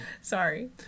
Sorry